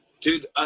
Dude